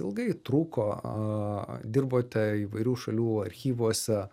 ilgai truko dirbote įvairių šalių archyvuose